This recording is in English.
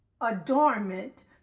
adornment